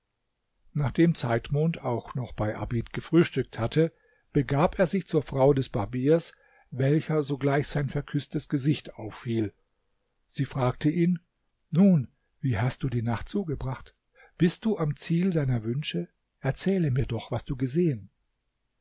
nachdem zeitmond auch noch bei abid gefrühstückt hatte begab er sich zur frau des barbiers welcher sogleich sein verküßtes gesicht auffiel sie fragte ihn nun wie hast du die nacht zugebracht bist du am ziel deiner wünsche erzähle mir doch was du gesehenl